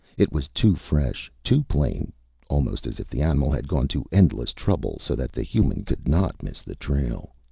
it was too fresh, too plain almost as if the animal had gone to endless trouble so that the human could not miss the trail.